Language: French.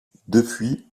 depuis